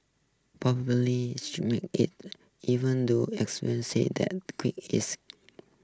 even though experts say the queen is